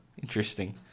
Interesting